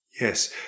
Yes